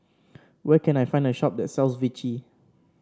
where can I find a shop that sells Vichy